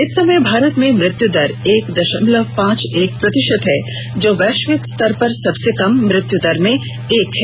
इस समय भारत में मृत्यु दर एक दशमलव पांच एक प्रतशित है जो वैश्विक स्तर पर सबसे कम मृत्यु दर में से एक है